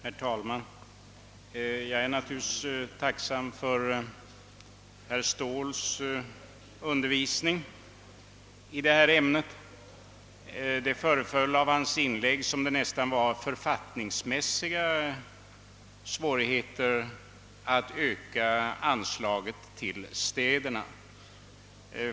Herr talman! Jag är naturligtvis tacksam för herr Ståhls undervisning i detta ämne. Det föreföll emellertid av hans inlägg, som om det nästan funnes författningsmässiga svårigheter att öka anslaget till städerna.